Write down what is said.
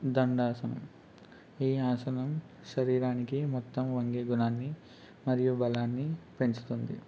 దండాసనం ఈ ఆసనం శరీరానికి మొత్తం వంగే గుణాన్ని మరియు బలాన్ని పెంచుతుంది